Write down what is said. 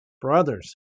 brothers